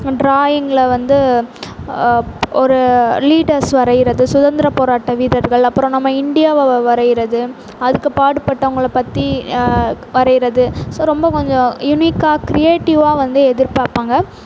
ட்ராயிங்கில் வந்து ஒரு லீடர்ஸ் வரையுறது சுதந்தர போராட்ட வீரர்கள் அப்புறம் நம்ம இண்டியாவை வரையுறது அதுக்கு பாடுபட்டவங்களை பற்றி வரையுறது ஸோ ரொம்ப கொஞ்சம் யுனிக்காக கிரியேட்டிவ்வாக வந்து எதிர் பார்ப்பாங்க